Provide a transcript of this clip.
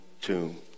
tomb